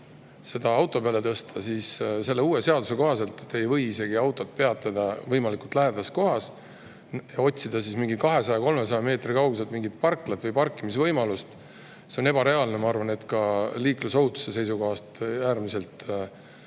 seda auto peale tõsta, siis selle uue seaduse kohaselt te ei või autot isegi peatada võimalikult lähedases kohas. Otsida 200–300 meetri kauguselt mingit parklat või parkimisvõimalust on ebareaalne. Ma arvan, et ka liiklusohutuse seisukohast on äärmiselt